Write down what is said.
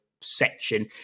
section